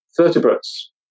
vertebrates